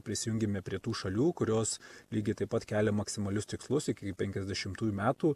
prisijungėme prie tų šalių kurios lygiai taip pat kelia maksimalius tikslus iki penkiasdešimtųjų metų